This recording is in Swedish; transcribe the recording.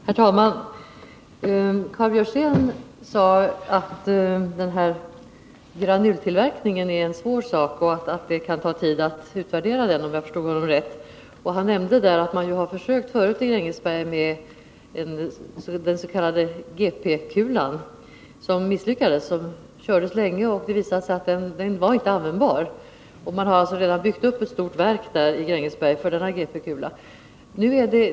Herr talman! Karl Björzén sade att granultillverkningen är en svår sak och att det kan ta tid att utvärdera den verksamheten, om jag nu förstod honom rätt. Han nämnde också att man tidigare i Grängesberg gjort försök med den s.k. GP-kulan, vilka misslyckades. Tillverkningen kördes länge, men det visade sig att produkten inte var användbar. Man har alltså redan byggt upp ett stort verk i Grängesberg för tillverkning av GP-kulan.